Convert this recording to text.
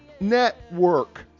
network